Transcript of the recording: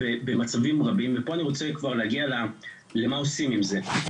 במצבים רבים ופה אני רוצה כבר להגיע למה שעושים עם זה.